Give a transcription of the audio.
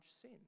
sin